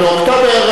אבל באוקטובר,